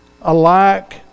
alike